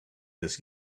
this